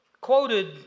quoted